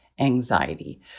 anxiety